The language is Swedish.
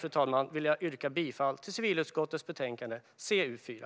Återigen vill jag yrka bifall till förslaget i civilutskottets betänkande CU4.